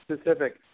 specific